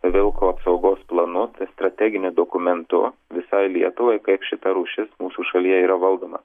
vilko apsaugos planu tai strateginiu dokumentu visai lietuvai kaip šita rūšis mūsų šalyje yra valdoma